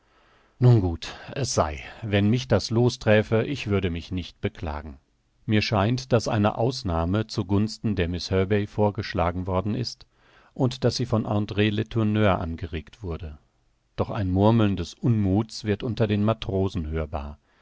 nun gut es sei wenn mich das loos träfe ich würde mich nicht beklagen mir scheint daß eine ausnahme zu gunsten der miß herbey vorgeschlagen worden ist und daß sie von andr letourneur angeregt wurde doch ein murmeln des unmuths wird unter den matrosen hörbar